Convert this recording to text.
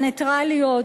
על הנייטרליות.